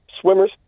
swimmers